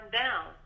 down